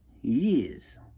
years